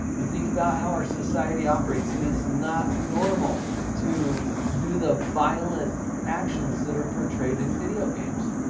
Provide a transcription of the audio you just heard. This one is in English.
you think about how our society operates. it is not normal to do the violent actions that are portrayed in video games.